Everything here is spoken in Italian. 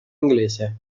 inglese